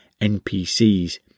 NPCs